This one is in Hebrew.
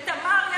ל"תמר"